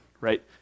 Right